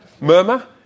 Murmur